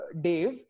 Dave